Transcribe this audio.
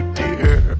dear